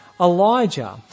Elijah